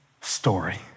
story